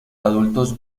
adultos